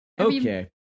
Okay